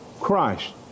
Christ